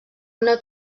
una